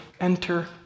enter